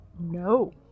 No